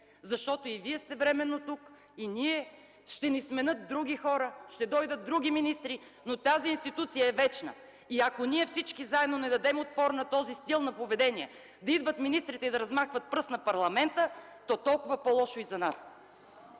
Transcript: И вие, и ние сме временно тук; ще ни сменят други хора, ще дойдат други министри, но тази институция е вечна. Ако ние всички заедно не дадем отпор на този стил на поведение – да идват министрите и да размахват пръст на парламента, то толкова по-лошо и за нас.